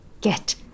Get